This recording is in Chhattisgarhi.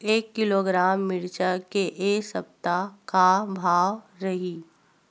एक किलोग्राम मिरचा के ए सप्ता का भाव रहि?